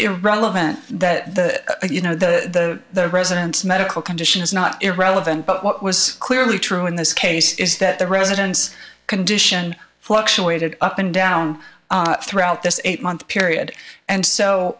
irrelevant that the you know the president's medical condition is not irrelevant but what was clearly true in this case is that the residence condition fluctuated up and down throughout this eight month period and so